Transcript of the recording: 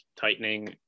tightening